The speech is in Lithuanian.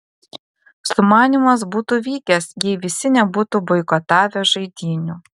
sumanymas būtų vykęs jei visi nebūtų boikotavę žaidynių